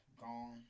gone